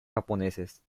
japoneses